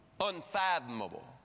unfathomable